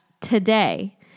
today